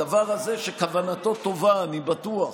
הדבר הזה, שכוונתו טובה, אני בטוח,